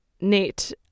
Nate